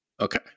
okay